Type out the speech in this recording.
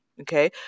okay